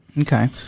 Okay